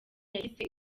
yahise